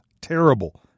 terrible